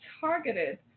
targeted